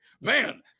Man